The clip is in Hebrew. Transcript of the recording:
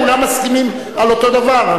כולם מסכימים על אותו דבר.